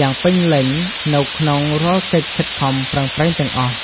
យ៉ាងពេញលេញនៅក្នុងរាល់កិច្ចខិតខំប្រឹងប្រែងទាំងអស់។